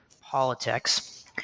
politics